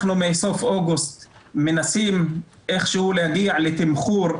אנחנו מסוף אוגוסט מנסים איך שהוא להגיע לתמחור.